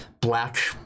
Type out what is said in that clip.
black